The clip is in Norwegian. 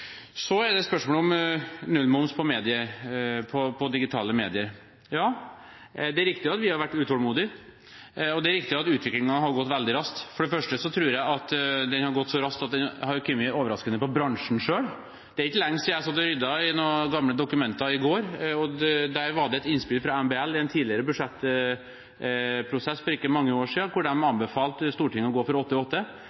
Så er det spørsmålet om nullmoms på digitale medier. Det er riktig at vi har vært utålmodige, og det er riktig at utviklingen har gått veldig raskt. For det første tror jeg at den har gått så raskt at den har kommet overraskende på bransjen selv. Jeg satt og ryddet i noen gamle dokumenter i går, og der var det et innspill fra MBL fra en tidligere budsjettprosess for ikke mange år siden, der de anbefalte Stortinget å gå inn for